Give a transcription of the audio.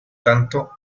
tanto